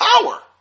power